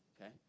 okay